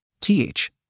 Th